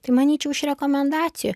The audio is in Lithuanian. tai manyčiau iš rekomendacijų